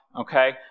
okay